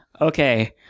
okay